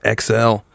XL